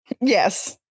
Yes